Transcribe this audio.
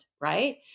right